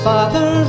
Father